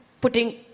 putting